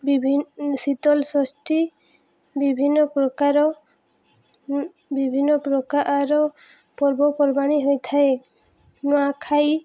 ବିଭିନ୍ ଶୀତଲଷଷ୍ଠୀ ବିଭିନ୍ନ ପ୍ରକାର ବିଭିନ୍ନ ପ୍ରକାର ପର୍ବପର୍ବାଣି ହୋଇଥାଏ ନୂଆଖାଇ